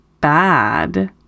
bad